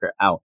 out